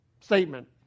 statement